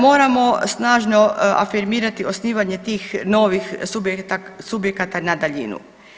Moramo snažno afirmirati osnivanje tih novih subjekata na daljinu.